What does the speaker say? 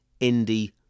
indie